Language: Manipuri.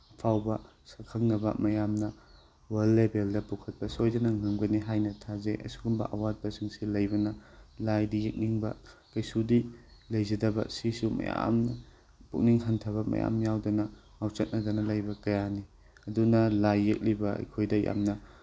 ꯑꯐꯥꯎꯕ ꯁꯛꯈꯪꯅꯕ ꯃꯌꯥꯝꯅ ꯋꯥꯔꯜ ꯂꯦꯕꯦꯜꯗ ꯄꯨꯈꯠꯄ ꯁꯣꯏꯗꯅ ꯉꯝꯒꯅꯤ ꯍꯥꯏꯅ ꯊꯥꯖꯩ ꯑꯁꯤꯒꯨꯝꯕ ꯑꯋꯥꯠꯄꯁꯤꯡꯁꯦ ꯂꯩꯕꯅ ꯂꯥꯏꯗꯤ ꯌꯦꯛꯅꯤꯡꯕ ꯀꯩꯁꯨꯗꯤ ꯂꯩꯖꯗꯕ ꯁꯤꯁꯨ ꯃꯌꯥꯝꯅ ꯄꯨꯛꯅꯤꯡ ꯍꯟꯊꯕ ꯃꯌꯥꯝ ꯌꯥꯎꯗꯅ ꯉꯥꯎꯆꯠꯅꯗꯅ ꯂꯩꯕ ꯀꯌꯥꯅꯤ ꯑꯗꯨꯅ ꯂꯥꯏ ꯌꯦꯛꯂꯤꯕ ꯑꯩꯈꯣꯏꯗ ꯌꯥꯝꯅ